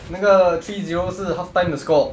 那个 three zero 是 half-time 的 score